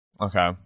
Okay